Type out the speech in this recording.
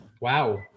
Wow